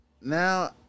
now